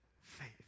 faith